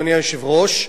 אדוני היושב-ראש,